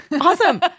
Awesome